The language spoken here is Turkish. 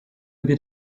bir